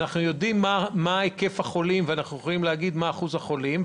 אנחנו יודעים מה היקף החולים ומה אחוז החולים,